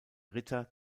ritter